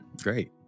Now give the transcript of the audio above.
Great